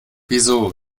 wieso